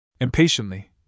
Impatiently